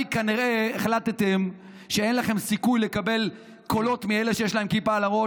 כנראה החלטתם שאין לכם סיכוי לקבל קולות מאלה שיש להם כיפה על הראש,